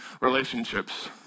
relationships